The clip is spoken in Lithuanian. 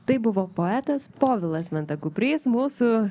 tai buvo poetas povilas venta kuprys mūsų